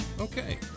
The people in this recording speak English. Okay